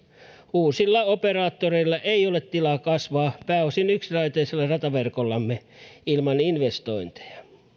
uusilla operaattoreilla ei ole tilaa kasvaa pääosin yksiraiteisella rataverkollamme ilman investointeja